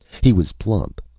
he was plump.